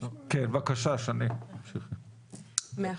בקשה שני, תמשיכי.